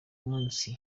munsi